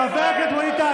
חבר הכנסת ווליד טאהא,